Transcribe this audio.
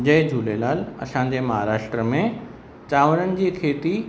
जय झूलेलाल असांजे महाराष्ट्र में चांवरनि जी खेती